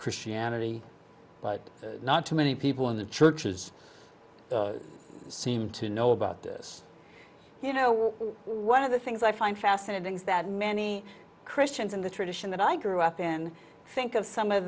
christianity but not to many people in the churches seem to know about this you know one of the things i find fascinating is that many christians in the tradition that i grew up in think of some of